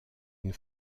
une